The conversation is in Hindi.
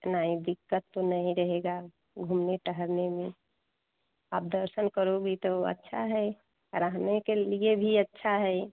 नहीं दिक्कत तो नहीं रहेगी घूमने टहलने में आप दर्शन करोगी तो अच्छा है रहने के लिए भी अच्छा है